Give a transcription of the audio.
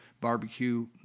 barbecue